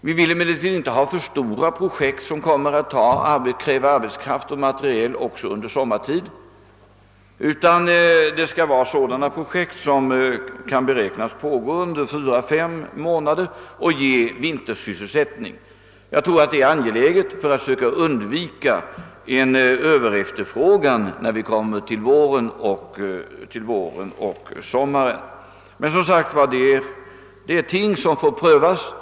Vi vill emellertid inte ha för stora projekt, som kommer att kräva arbetskraft och materiel också sommartid, utan det skall vara sådana projekt som kan beräknas pågå under fyra till fem månader och ge vintersysselsättning. Jag tror att det är angeläget för att söka undvika en överefterfrågan under våren och sommaren. Det är emellertid frågor som får prövas.